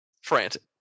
Frantic